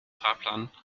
fahrplan